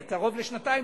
קרוב לשנתיים,